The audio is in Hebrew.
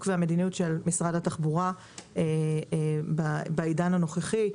והמדיניות של משרד התחבורה בעידן הנוכחי.